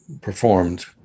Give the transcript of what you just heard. performed